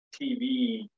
TV